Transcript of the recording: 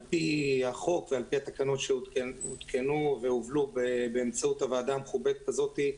על-פי החוק ועל-פי התקנון שהותקנו והובלו באמצעות הוועדה המכובדת הזאת,